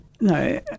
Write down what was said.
no